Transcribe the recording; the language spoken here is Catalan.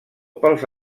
pels